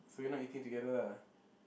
so we're not eating together lah